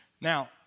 Now